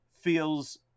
feels